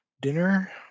dinner